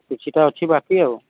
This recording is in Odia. କିଛିଟା ଅଛି ବାକି ଆଉ